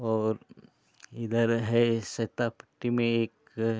और इधर है सताप्ती में एक